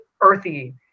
earthy